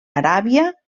aràbia